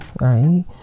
right